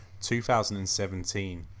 2017